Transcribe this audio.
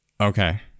Okay